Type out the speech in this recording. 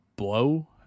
blow